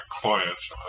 clients